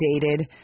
dated